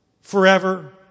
forever